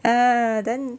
ah then